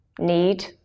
need